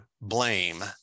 blame